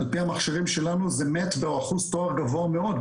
על פי המכשירים שלנו זה מת' באזור טוהר גבוה מאוד,